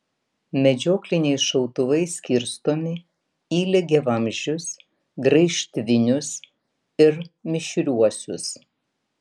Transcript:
medžiokliniai šautuvai skirstomi į lygiavamzdžius graižtvinius ir mišriuosius